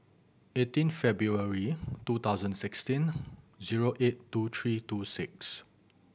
eighteen February two thousand and sixteen zero eight two three two six